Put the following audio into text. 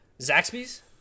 Zaxby's